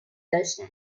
داشتن